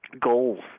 goals